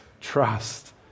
trust